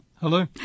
Hello